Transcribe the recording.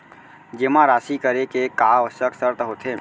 जेमा राशि करे के का आवश्यक शर्त होथे?